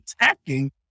attacking